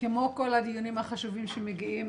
כמו כל הדיונים החשובים שמגיעים,